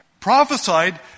prophesied